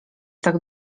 tak